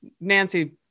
Nancy